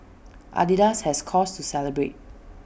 Adidas has cause to celebrate